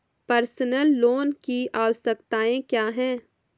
Personal loan की आवश्यकताएं क्या हैं?